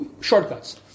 Shortcuts